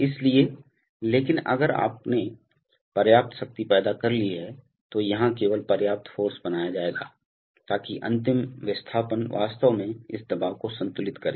इसलिए लेकिन अगर आपने पर्याप्त शक्ति पैदा कर ली है तो यहां केवल पर्याप्त फ़ोर्स बनाया जाएगा ताकि अंतिम विस्थापन वास्तव में इस दबाव को संतुलित करे